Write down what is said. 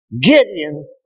Gideon